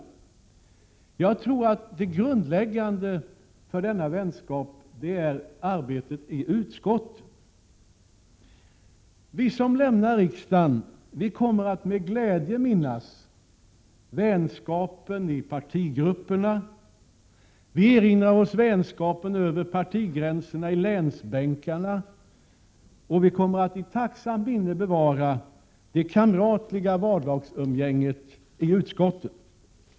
Jag tror att det grundläggande för denna vänskap är arbetet i utskotten. Vi som nu lämnar riksdagen kommer att med glädje minnas vänskapen i partigrupperna. Vi erinrar oss vänskapen över partigränserna i länsbänkarna, och vi kommer att i tacksamt minne bevara det kamratliga vardagsumgänget i utskotten.